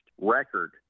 record